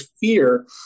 fear